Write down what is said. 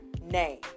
name